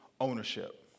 ownership